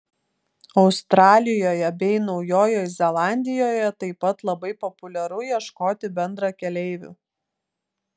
australijoje bei naujojoje zelandijoje taip pat labai populiaru ieškoti bendrakeleivių